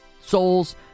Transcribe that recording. Souls